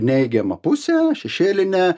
neigiamą pusę šešėlinę